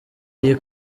iyi